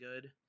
good